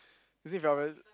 is it very obvious